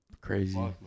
Crazy